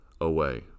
away